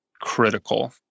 critical